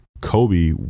Kobe